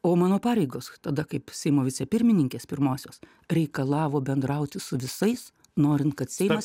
o mano pareigos tada kaip seimo vicepirmininkės pirmosios reikalavo bendrauti su visais norint kad seimas